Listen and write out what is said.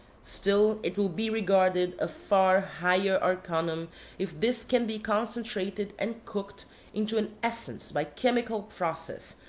still it will be regarded a far higher arcanum if this can be concentrated and cooked into an essence by chymical process,